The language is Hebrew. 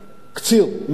קציר מלח,